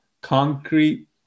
concrete